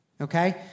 okay